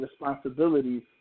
responsibilities